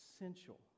essential